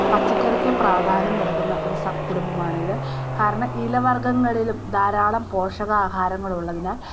പച്ചക്കറിക്ക് പ്രാധാന്യം നൽകുന്ന ഒരു സത്കുടുംബമാണിത് കാരണം ഇല വർഗ്ഗങ്ങളിലും ധാരാളം പോഷകാഹാരങ്ങൾ ഉള്ളതിനാൽ